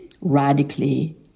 radically